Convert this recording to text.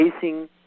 facing